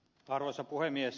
arvoisa puhemies